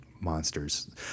Monsters